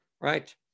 Right